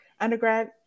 undergrad